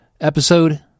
episode